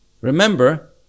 Remember